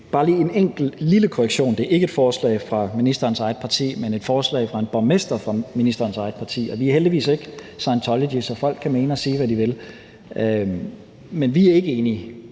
bare lige en enkelt lille korrektion: Det er ikke et forslag fra ministerens eget parti, men et forslag fra en borgmester fra ministerens eget parti. Og vi er heldigvis ikke Scientology, så folk kan mene og sige, hvad de vil, men vi er ikke enige.